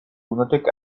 lunatic